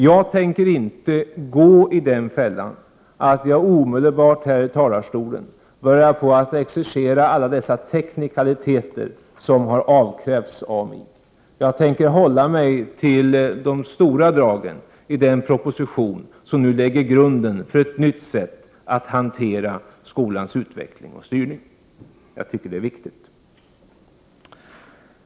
Jag tänker inte gå i den fällan att jag omedelbart här i talarstolen börjar exercera alla dessa teknikaliteter som har avkrävts mig. Jag tänker hålla mig till de stora dragen i den proposition som nu lägger grunden för ett nytt sätt att hantera skolans utveckling och styrning. Jag tycker att det är viktigt.